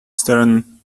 stern